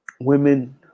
Women